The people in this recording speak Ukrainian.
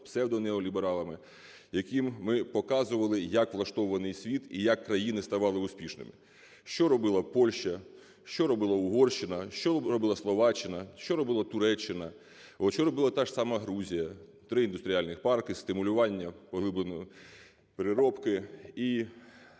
псевдонеолібералами, яким ми показували, як влаштований світ і як країни ставали успішними: що робила Польща, що робила Угорщина, що робила Словаччина, що робила Туреччина, що робила та ж сама Грузія. Три індустріальні парки, стимулювання поглибленої переробки.